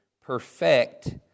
perfect